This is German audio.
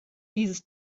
dieses